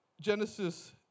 Genesis